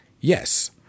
Yes